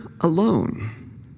alone